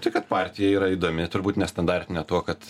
tai kad partija yra įdomi turbūt nestandartinė tuo kad